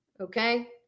Okay